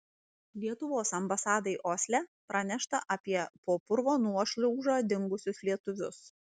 lietuvos ambasadai osle pranešta apie po purvo nuošliauža dingusius lietuvius